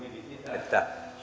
että